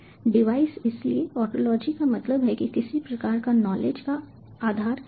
device इसलिए ontology का मतलब है कि किसी प्रकार का नॉलेज का आधार क्या है